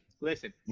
listen